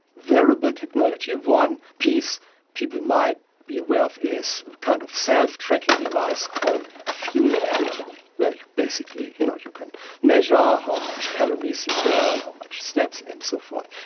variable technology. one piece people might be aware of is a kind of self-tracking device called fuelband where basically you know you can measure how much calories you burn, how much steps and so forth.